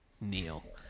Neil